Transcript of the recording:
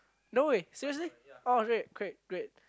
no wait seriously oh great great great